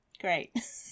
great